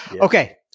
Okay